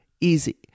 easy